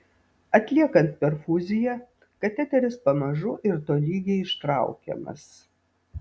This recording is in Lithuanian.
atliekant perfuziją kateteris pamažu ir tolygiai ištraukiamas